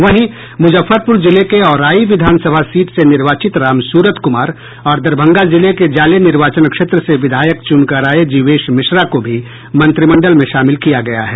वहीं मूजफ्फरपूर जिले के औराई विधानसभा सीट से निर्वाचित रामसूरत कुमार और दरभंगा जिले के जाले निर्वाचन क्षेत्र से विधायक चुनकर आये जीवेश मिश्रा को भी मंत्रिमंडल में शामिल किया गया है